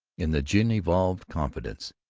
in the gin-evolved confidence,